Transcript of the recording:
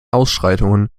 ausschreitungen